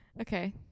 Okay